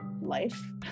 life